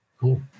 cool